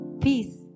Peace